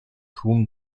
tłum